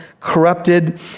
corrupted